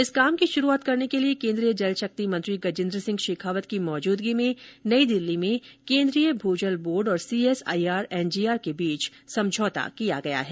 इस काम की शुरूआत करने के लिए केन्द्रीय जल शक्ति मंत्री गजेन्द्र सिंह शेखावत की मौजूदगी में नई दिल्ली में केन्द्रीय भूजल बोर्ड और सीएसआईआर एनजीआर के बीच एमओयू किया गया है